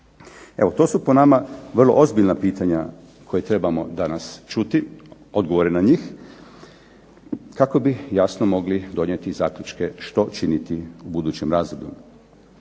Evo to su po nama vrlo ozbiljna pitanja koje trebamo danas čuti, odgovore na njih, kako bi jasno mogli donijeti zaključke što činiti u budućem razdoblju.